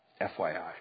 FYI